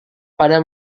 pada